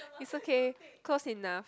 it's okay close enough